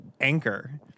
Anchor